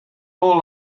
more